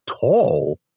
tall